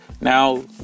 Now